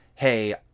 hey